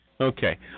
Okay